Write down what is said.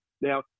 Now